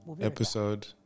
episode